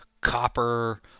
copper